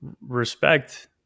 respect